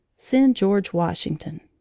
send george washington.